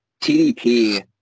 TDP